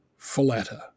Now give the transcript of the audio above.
Folletta